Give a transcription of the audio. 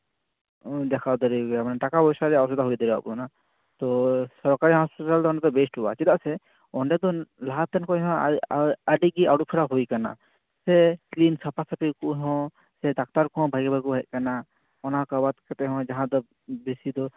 ᱫᱮᱠᱷᱟᱣ ᱫᱟᱲᱮᱣᱟᱭᱟ ᱴᱟᱠᱟ ᱯᱚᱭᱥᱟ ᱨᱮᱱᱟᱜ ᱚᱥᱩᱵᱤᱫᱷᱟ ᱦᱩᱭᱟᱵᱚᱱᱟ ᱛᱚ ᱥᱚᱨᱠᱟᱨᱤ ᱦᱚᱥᱯᱤᱴᱟᱞ ᱫᱚ ᱵᱮᱥᱴᱚᱜᱼᱟ ᱪᱮᱫᱟᱜ ᱥᱮ ᱚᱸᱰᱮ ᱫᱚ ᱞᱟᱦᱟᱛᱮ ᱠᱷᱚᱱ ᱦᱚᱸ ᱟᱹᱰᱤ ᱜᱮ ᱟᱹᱨᱩᱯᱷᱮᱨᱟᱣ ᱦᱩᱭ ᱠᱟᱱᱟ ᱥᱮ ᱠᱞᱤᱱ ᱥᱟᱯᱟᱥᱟᱹᱯᱷᱤ ᱠᱚᱦᱚᱸ ᱥᱮ ᱰᱟᱠᱛᱟᱨ ᱠᱚᱦᱚᱸ ᱵᱷᱟᱜᱮᱼᱵᱷᱟᱜᱮ ᱠᱚ ᱦᱮᱡ ᱠᱟᱱᱟ ᱚᱱᱟ ᱠᱚ ᱵᱟᱫᱽ ᱠᱟᱛᱮ ᱦᱚᱸ ᱡᱟᱦᱟᱸ ᱫᱚ ᱵᱮᱥᱤᱠ